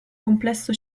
complesso